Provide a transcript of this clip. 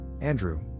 Andrew